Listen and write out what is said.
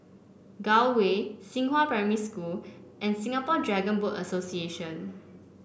Gul Way Xinghua Primary School and Singapore Dragon Boat Association